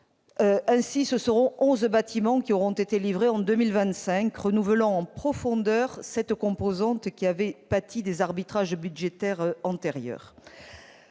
dix-neuf. Ce seront onze bâtiments qui auront été livrés en 2025, renouvelant en profondeur cette composante de la défense qui avait pâti des arbitrages budgétaires antérieurs.